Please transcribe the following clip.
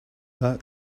but